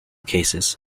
cases